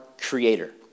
creator